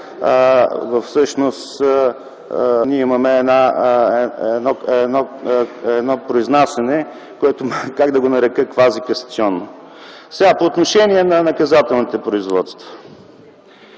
Всъщност ние имаме едно произнасяне, което, как да го нарека – квазикасационно. По отношение на наказателното производство.